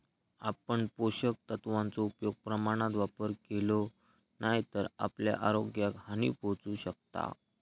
आपण पोषक तत्वांचो योग्य प्रमाणात वापर केलो नाय तर आपल्या आरोग्याक हानी पोहचू शकता